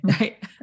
right